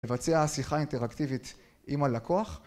לבצע שיחה אינטראקטיבית עם הלקוח